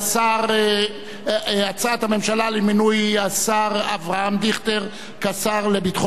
הצעת הממשלה למינוי השר אברהם דיכטר כשר לביטחון העורף.